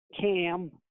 Cam